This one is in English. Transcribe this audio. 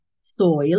soil